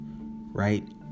right